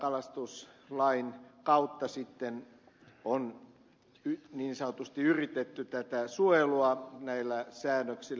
tämän kalastuslain kautta on sitten niin sanotusti yritetty tätä suojelua näillä säädöksillä